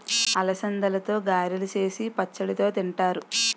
అలసందలతో గారెలు సేసి పచ్చడితో తింతారు